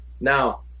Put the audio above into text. now